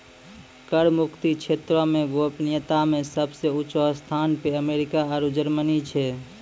कर मुक्त क्षेत्रो मे गोपनीयता मे सभ से ऊंचो स्थानो पे अमेरिका आरु जर्मनी छै